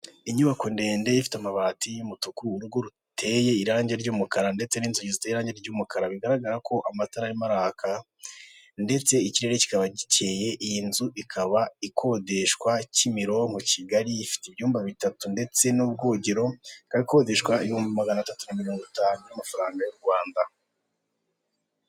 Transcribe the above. Inyubako ndende ifite amabati y'umutuku, urugo ruteye irangi ry'umukara ndetse n'inzugi ziteye irangi ry'umukara bigaragara ko amatara arimo araka ndetse ikirere kikaba gikeye, iyi nzu ikaba ikodeshwa Kimironko Kigali, ifite ibyumba bitatu ndetse n'ubwogero, ikaba ikodeshwa ibihumbi magana atatu na mirongo itanu by'amafaranga y'u Rwanda.